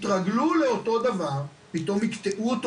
התרגלו לאותו הדבר ופתאום ייקטעו אותו